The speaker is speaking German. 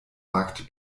markt